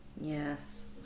Yes